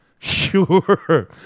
sure